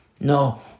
No